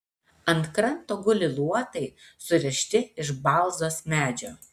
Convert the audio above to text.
ant kranto guli luotai surišti iš balzos medžio